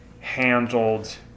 handled